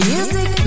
Music